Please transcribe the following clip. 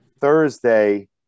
Thursday